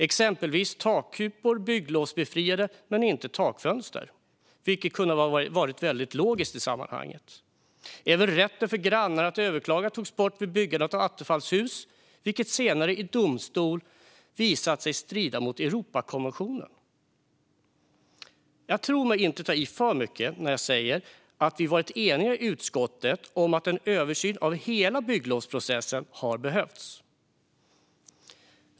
Exempelvis är takkupor bygglovsbefriade men inte takfönster, vilket hade varit logiskt. Även rätten för grannar att överklaga togs bort vid byggandet av attefallshus, vilket senare i domstolsprövning visat sig strida mot Europakonventionen. Jag tror mig inte ta i för mycket när jag säger att vi har varit eniga i utskottet om att en översyn av hela bygglovsprocessen har behövts.